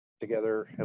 together